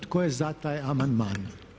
Tko je za taj amandman?